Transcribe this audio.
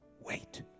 wait